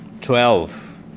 Twelve